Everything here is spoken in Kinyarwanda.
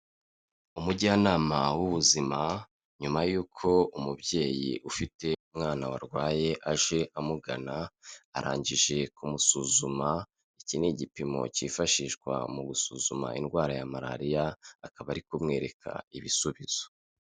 Umujyanama w'ubuzima nyuma y'uko umubyeyi ufite umwana warwaye aje amugana arangije kumusuzuma iki n’igipimo cyifashishwa mu gusuzuma indwara ya malariya akaba ari kumwereka ibisubizo.